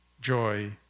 joy